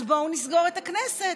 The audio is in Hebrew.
אז בואו נסגור את הכנסת.